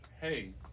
hey